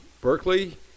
Berkeley